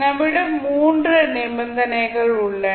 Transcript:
நம்மிடம் மூன்று நிபந்தனைகள் உள்ளன